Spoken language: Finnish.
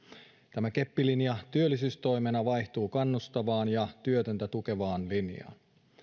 tämä keppilinja työllisyystoimena vaihtuu kannustavaan ja työtöntä tukevaan linjaan